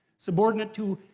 subordinate to,